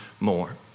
more